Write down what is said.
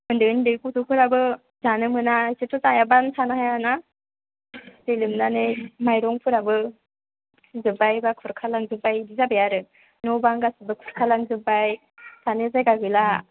उन्दै उन्दै गथ'फोराबो जानो मोना जेबो जायाबासिनो थानो हाया ना दै लोमनानै माइरंफोराबो थैजोबबाय बा खुरखा लांजोबबाय बिदि जाबाय आरो न' बां गासिबो खुरखा लांजोबबाय थानो जायगा गैला